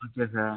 okay sir